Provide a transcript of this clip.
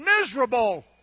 miserable